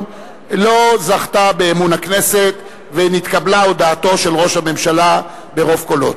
לא זכתה לאמון הכנסת ונתקבלה הודעתו של ראש הממשלה ברוב קולות.